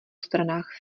stranách